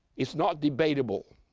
it's not debatable,